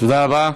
תודה רבה.